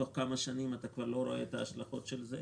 בתוך כמה שנים כבר לא רואים את ההשלכות של זה,